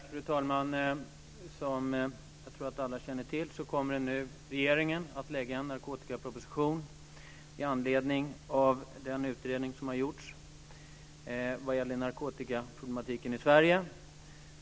Fru talman! Som jag tror att alla känner till kommer regeringen att lägga fram en narkotikaproposition i anledning av den utredning som har gjorts vad gäller narkotikaproblematiken i Sverige.